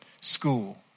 school